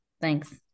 Thanks